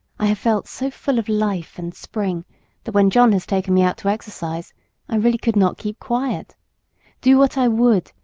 i have felt so full of life and spring that when john has taken me out to exercise i really could not keep quiet do what i would,